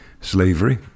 slavery